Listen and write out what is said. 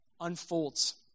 unfolds